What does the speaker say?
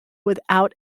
without